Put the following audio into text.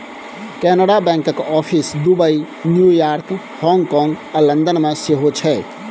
कैनरा बैंकक office Dubai, New York, हाँगकाँग आ लंदन मे सेहो छै